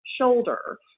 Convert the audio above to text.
shoulder